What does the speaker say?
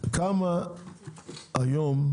כמה היום,